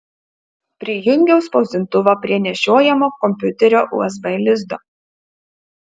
prijungiau spausdintuvą prie nešiojamo kompiuterio usb lizdo